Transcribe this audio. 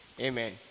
amen